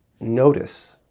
notice